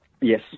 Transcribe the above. Yes